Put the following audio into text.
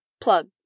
Plug